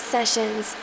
Sessions